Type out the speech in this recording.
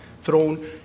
thrown